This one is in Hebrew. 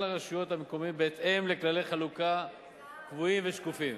הרשויות המקומיות בהתאם לכללי חלוקה קבועים ושקופים.